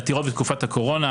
בעתירות בתקופת הקורונה,